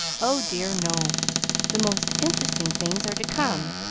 oh dear, no the most interesting things are to come,